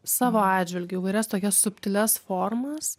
savo atžvilgiu įvairias tokias subtilias formas